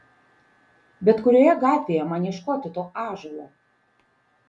bet kurioje gatvėje man ieškoti to ąžuolo